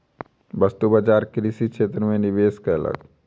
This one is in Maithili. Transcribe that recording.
वस्तु बजार कृषि क्षेत्र में निवेश कयलक